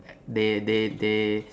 they they they